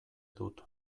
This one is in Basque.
dut